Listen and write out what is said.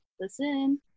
Listen